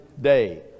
day